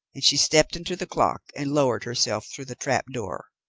and she stepped into the clock and lowered herself through the trap-door.